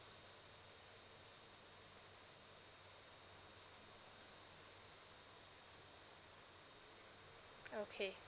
okay